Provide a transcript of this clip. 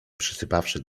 przysypawszy